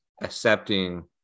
accepting